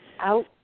out